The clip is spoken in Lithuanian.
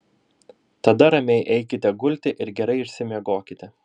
tada ramiai eikite gulti ir gerai išsimiegokite